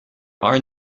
are